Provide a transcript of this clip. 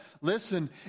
listen